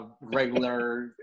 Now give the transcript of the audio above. regular